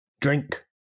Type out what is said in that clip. drink